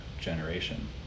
generation